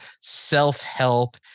self-help